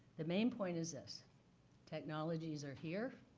the main point is this technologies are here.